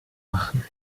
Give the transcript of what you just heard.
machen